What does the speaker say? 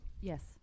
Yes